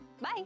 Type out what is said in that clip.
Bye